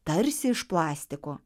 tarsi iš plastiko